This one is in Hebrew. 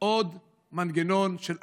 עוד מנגנון של אכיפה,